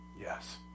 Yes